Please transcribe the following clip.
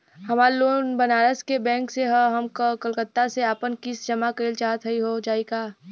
हमार लोन बनारस के बैंक से ह हम कलकत्ता से आपन किस्त जमा कइल चाहत हई हो जाई का?